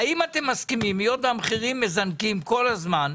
היות והמחירים מזנקים כל הזמן,